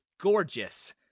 gorgeous